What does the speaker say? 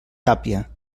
tàpia